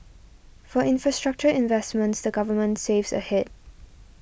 for infrastructure investments the Government saves ahead